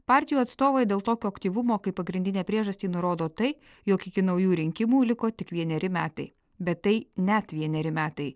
partijų atstovai dėl tokio aktyvumo kaip pagrindinę priežastį nurodo tai jog iki naujų rinkimų liko tik vieneri metai bet tai net vieneri metai